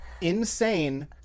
Insane